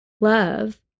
Love